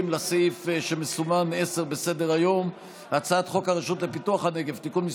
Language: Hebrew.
מוסיף את קולו